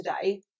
today